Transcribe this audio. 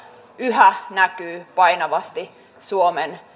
yhä näkyy painavasti suomen